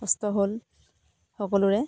কষ্ট হ'ল সকলোৰে